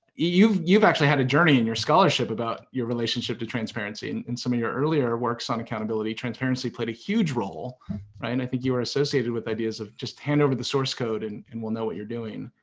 you've you've actually had a journey in your scholarship about your relationship to transparency in in some of your earlier works on accountability. transparency played a huge role and i think you were associated with ideas of just hand over the source code and and we'll know what you're doing.